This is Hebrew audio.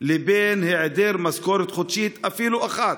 והיעדר משכורת חודשית, אפילו אחת,